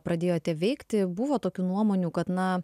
pradėjote veikti buvo tokių nuomonių kad na